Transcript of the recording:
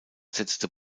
setzte